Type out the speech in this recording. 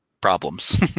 problems